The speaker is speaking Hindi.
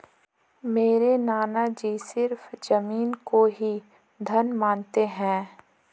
मेरे नाना जी सिर्फ जमीन को ही धन मानते हैं